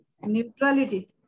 Neutrality